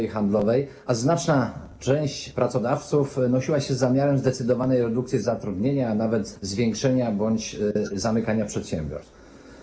i handlowej, a znaczna część pracodawców nosiła się z zamiarem zdecydowanej redukcji zatrudnienia, a nawet zamykania przedsiębiorstw.